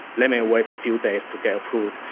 let me wait a few days to get approved.